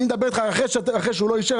אחרי שהוא לא אישר,